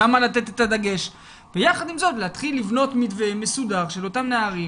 שם לתת את הדגש ויחד עם זאת להתחיל לבנות מתווה מסודר של אותם נערים,